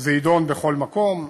שזה יידון בכל מקום.